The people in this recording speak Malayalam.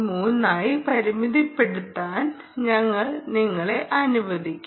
3 ആയി പരിമിതപ്പെടുത്താൻ ഞങ്ങൾ നിങ്ങളെ അനുവദിക്കും